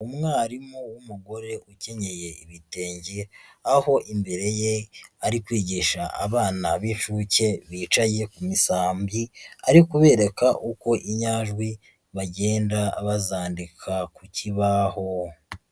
Umwarimu w'umugore ukenyeye ibitenge, aho imbere ye ari kwigisha abana b'inshuke bicaye ku misambi, ari kubereka uko inyajwi bagenda bazandika ku kibaho.